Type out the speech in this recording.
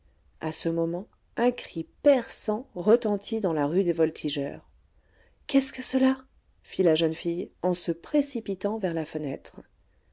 a ce moment un cri perçant retentit dans la rue des voltigeurs qu'est-ce que cela fit la jeune fille en se précipitant vers la fenêtre